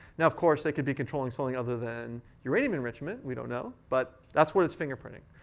now, of course, they could be controlling something other than uranium enrichment we don't know but that's what it's fingerprinting.